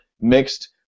mixed